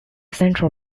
central